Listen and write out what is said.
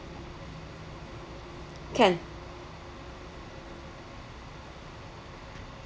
can